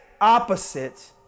opposite